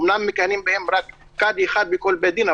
אמנם מכהן בהם רק קאדי אחד בכל בית דין,